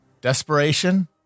desperation